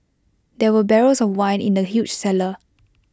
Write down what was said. there were barrels of wine in the huge cellar